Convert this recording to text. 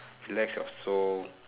relax your soul